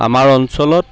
আমাৰ অঞ্চলত